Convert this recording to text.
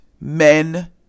men